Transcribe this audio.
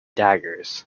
daggers